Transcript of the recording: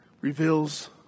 reveals